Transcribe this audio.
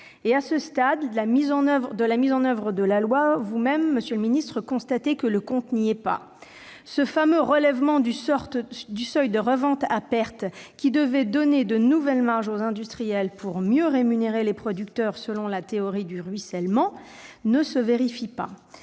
À ce stade de la mise en oeuvre de la loi, vous-même, monsieur le ministre, vous constatez que le compte n'y est pas. Le fameux relèvement du seuil de revente à perte qui devait donner de nouvelles marges aux industriels pour mieux rémunérer les producteurs, selon la théorie du ruissellement, ne se vérifie pas.